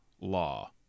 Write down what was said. law